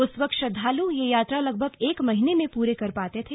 उस वक्त श्रद्वालु यह यात्रा लगभग एक महीने में पूरी कर पाते थे